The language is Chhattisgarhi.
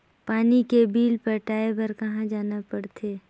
पानी के बिल पटाय बार कहा जाना पड़थे?